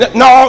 no